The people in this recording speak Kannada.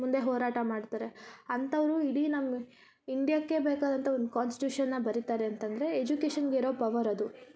ಮುಂದೆ ಹೋರಾಟ ಮಾಡ್ತಾರೆ ಅಂಥವ್ರು ಇಡೀ ನಮ್ಮ ಇಂಡಿಯಾಕೆ ಬೇಕಾದಂತಹ ಒಂದು ಕಾನ್ಸ್ಟಿಟ್ಯೂಶನ್ನ ಬರಿತಾರೆ ಅಂತಂದರೆ ಎಜುಕೇಶನ್ಗೆ ಇರೊ ಪವರ್ ಅದು ಅಂದರೆ